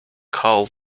karl